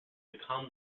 become